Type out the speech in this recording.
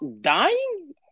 dying